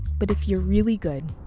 but if you're really good,